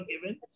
given